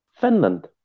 Finland